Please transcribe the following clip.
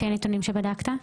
לפי הנתונים שבדקת?